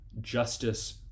justice